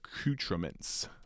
accoutrements